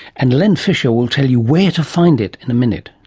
and len fisher will tell you where to find it in a minute.